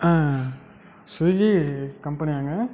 Swiggy கம்பெனியாங்க